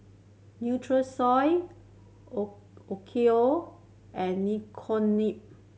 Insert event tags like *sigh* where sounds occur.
Nutrisoy *unintelligible* Onkyo and *unintelligible*